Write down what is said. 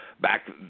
Back